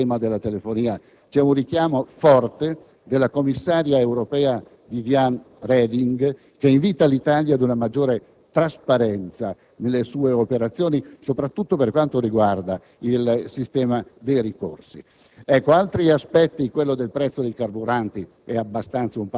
sul tema della telefonia, c'è un richiamo forte della commissaria europea Viviane Reding, che invita l'Italia ad una maggiore trasparenza nelle sue operazioni, soprattutto per quanto riguarda il sistema dei ricorsi. Per quanto concerne il prezzo dei carburanti,